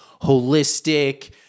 holistic